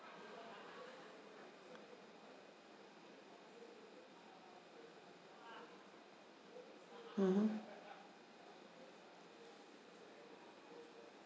mmhmm